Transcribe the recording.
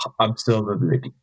observability